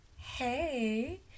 Hey